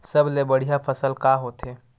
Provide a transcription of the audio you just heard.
सबले बढ़िया फसल का होथे?